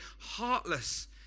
heartless